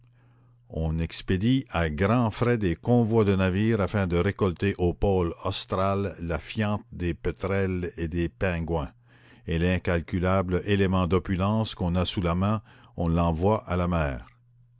on expédie à grands frais des convois de navires afin de récolter au pôle austral la fiente des pétrels et des pingouins et l'incalculable élément d'opulence qu'on a sous la main on l'envoie à la mer